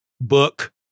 book